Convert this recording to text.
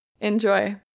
Enjoy